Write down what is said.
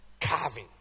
carving